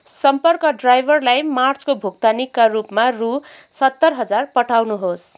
सम्पर्क ड्राइभरलाई मार्चको भुक्तानीका रूपमा रू सत्तर हजार पठाउनुहोस्